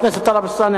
חברת הכנסת טלב אלסאנע,